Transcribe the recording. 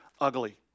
ugly